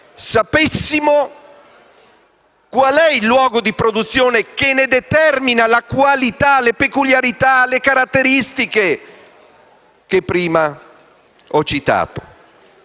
sapere qual è il luogo di produzione che ne determina la qualità, le peculiarità e le caratteristiche che prima ho citato.